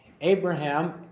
Abraham